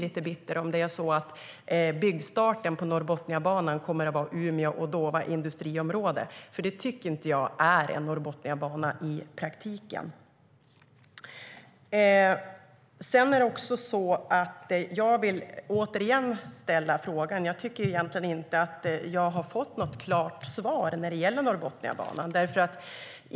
Jag kommer nog att bli lite bitter om byggstarten på Norrbotniabanan kommer att ske i Umeå och Dåva industriområde, för jag tycker inte att det är en Norrbotniabana i praktiken. Jag vill återigen ställa min fråga, för jag tycker egentligen inte att jag har fått något klart svar när det gäller Norrbotniabanan.